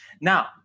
Now